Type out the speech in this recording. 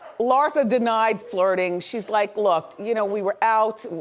larsa denied flirting, she's like look you know we were out,